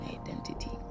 identity